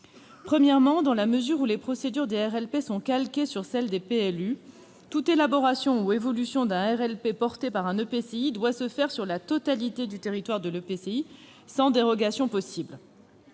Premièrement, dans la mesure où les procédures des RLP sont calquées sur celles des PLU, toute élaboration ou évolution d'un RLP par un EPCI doit se faire sur la totalité du territoire de l'EPCI, sans dérogation possible.